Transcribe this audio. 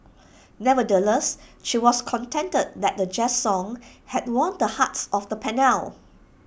nonetheless she was contented that A jazz song had won the hearts of the panel